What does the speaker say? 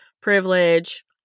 privilege